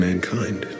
Mankind